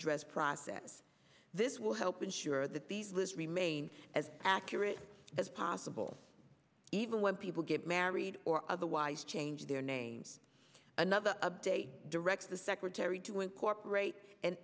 redress process this will help ensure that these lives remain as accurate as possible even when people get married or otherwise change their names another update directs the secretary to incorporate and